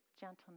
gentleness